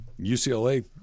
UCLA –